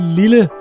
lille